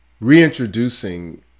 reintroducing